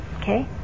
Okay